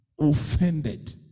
offended